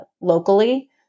locally